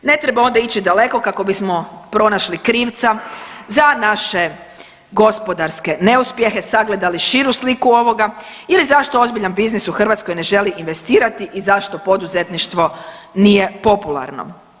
Ne treba onda ići daleko kako bismo pronašli krivca za naše gospodarske neuspjehe, sagledali širu sliku ovoga ili zašto ozbiljan biznis u Hrvatskoj ne želi investirati i zašto poduzetništvo nije popularno.